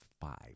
five